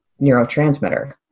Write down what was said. neurotransmitter